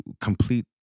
complete